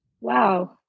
Wow